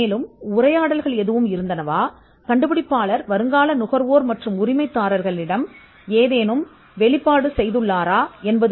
ஏதேனும் உரையாடல் இருக்கிறதா அல்லது வருங்கால வாங்குபவர்களுக்கும் உரிமங்களுக்கும் கண்டுபிடிப்பாளர் ஏதேனும் வெளிப்படுத்தியிருக்கிறாரா என்பது